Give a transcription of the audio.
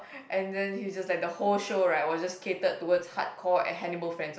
and then he's just like the whole show right was just catered towards hardcore and Hannibal's friends orh